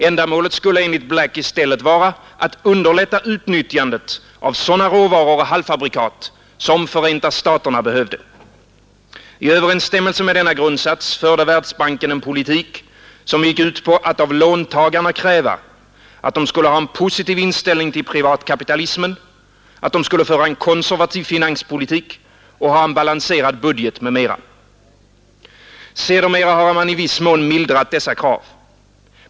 Ändamålet skulle enligt Black i stället vara att underlätta utnyttjandet av sådana råvaror och halvfabrikat som Förenta staterna behövde. I överensstämmelse med denna grundsats förde Världsbanken en politik, som gick ut på att av låntagarna kräva att de skulle ha en positiv inställning till privatkapitalismen, att de skulle föra en konservativ finanspolitik och ha en balanserad budget m.m. Sedermera har man i viss mån mildrat dessa krav.